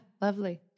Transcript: lovely